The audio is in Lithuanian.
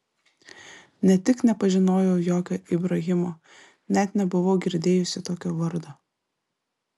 ne tik nepažinojau jokio ibrahimo net nebuvau girdėjusi tokio vardo